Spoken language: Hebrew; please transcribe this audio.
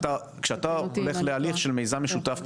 כשאתה הולך להליך של מיזם משותף,